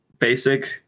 basic